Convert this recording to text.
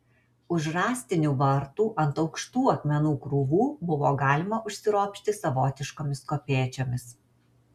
už rąstinių vartų ant aukštų akmenų krūvų buvo galima užsiropšti savotiškomis kopėčiomis